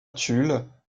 tulle